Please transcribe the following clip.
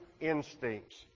instincts